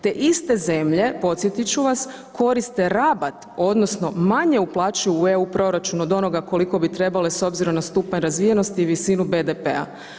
Te iste zemlje, podsjetit ću vas koriste rabat odnosno manje uplaćuju u EU proračun od onoga koliko bi trebale s obzirom na stupanj razvijenosti i visinu BDP-a.